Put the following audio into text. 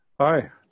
Hi